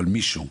אבל מישהו,